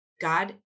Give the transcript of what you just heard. God